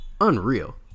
unreal